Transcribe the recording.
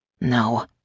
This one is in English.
No